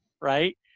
right